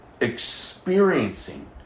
experiencing